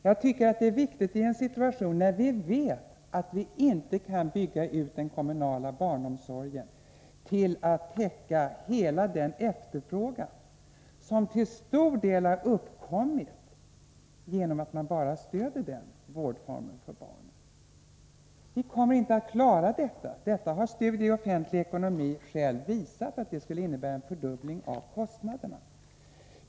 Jag tycker att det här är viktigt, i en situation när vi vet att vi inte kan bygga ut den kommunala barnomsorgen till att täcka hela den efterfrågan som till stor del har uppkommit genom att man bara stöder denna vårdform för barn. Vi kommer inte att klara detta. Expertgruppen för studier i offentlig ekonomi har själv visat att det skulle innebära en fördubbling av kostnaderna.